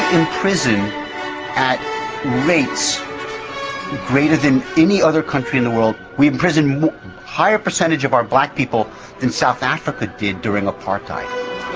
imprison at rates greater than any other country in the world. we imprison a higher percentage of our black people than south africa did during apartheid.